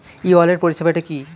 ই wallet পরিষেবাটি কি?